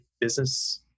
business